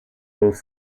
both